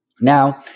now